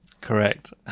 Correct